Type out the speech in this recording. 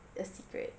a secret